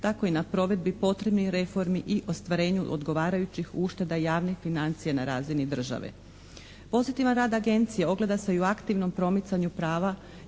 tako i na provedbi potrebnih reformi i ostvarenju odgovarajućih ušteda javnih financija na razini države. Pozitivan rad Agencije ogleda se i u aktivnom promicanju prava